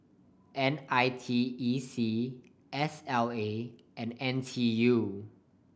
N I T E C S L A and N T U